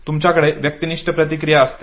तुमच्याकडे व्यक्तिनिष्ठ प्रतिक्रिया असते